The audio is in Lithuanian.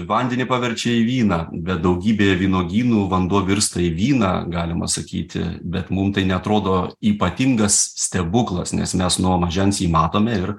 vandenį paverčia į vyną bet daugybėje vynuogynų vanduo virsta į vyną galima sakyti bet mum tai neatrodo ypatingas stebuklas nes mes nuo mažens jį matome ir